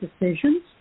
decisions